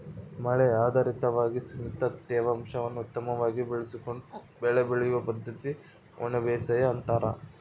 ಮಳೆ ಆಧಾರಿತವಾಗಿ ಸೀಮಿತ ತೇವಾಂಶವನ್ನು ಉತ್ತಮವಾಗಿ ಬಳಸಿಕೊಂಡು ಬೆಳೆ ಬೆಳೆಯುವ ಪದ್ದತಿಗೆ ಒಣಬೇಸಾಯ ಅಂತಾರ